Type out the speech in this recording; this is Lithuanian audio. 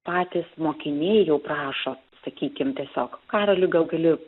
patys mokiniai jau prašo sakykim tiesiog karoli gal gali